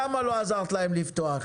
למה לא עזרת להם לפתוח?